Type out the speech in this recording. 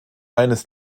eines